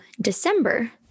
December